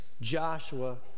Joshua